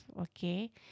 okay